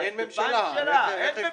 אין ממשלה.